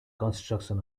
construction